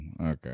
Okay